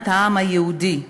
מדינת העם היהודי,